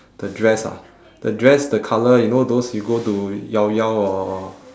the dress ah the dress the colour you know those you go to llao llao or